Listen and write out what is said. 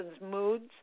moods